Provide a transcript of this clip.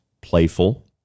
playful